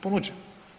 ponuđene?